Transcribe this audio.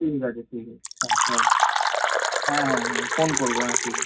ঠিক আছে ঠিক আছে একদম হ্যাঁ হ্যাঁ হ্যাঁ ফোন করবো হ্যাঁ ঠিক আছে